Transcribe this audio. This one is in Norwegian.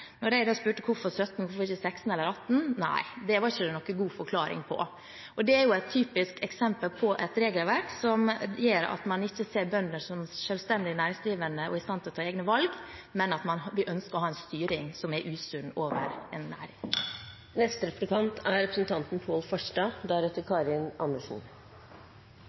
jeg spurte hvorfor 17 km og ikke 16 km eller 18 km, fikk jeg ingen god forklaring på det. Det er et typisk eksempel på et regelverk som gjør at man ikke ser på bøndene som selvstendig næringsdrivende, som er i stand til å ta egne valg, men at man ønsker å ha en styring som er usunn overfor en næring. Jeg vil trekke fram at bruken av investeringsvirkemidler er